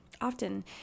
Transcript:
often